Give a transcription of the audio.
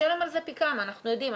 אנחנו יודעים,